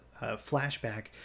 flashback